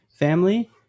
family